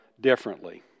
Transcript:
differently